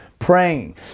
praying